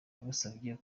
yabasabye